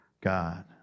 God